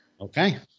Okay